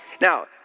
Now